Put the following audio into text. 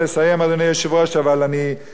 אבל אני חייב לומר פה,